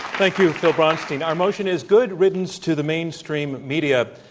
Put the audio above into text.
thank you, phil bronstein, our motion is good riddance to the mainstream media.